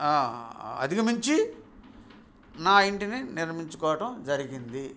అధిమించి నా ఇంటిని నిర్మించుకోవటం జరిగింది